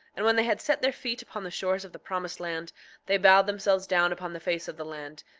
and when they had set their feet upon the shores of the promised land they bowed themselves down upon the face of the land,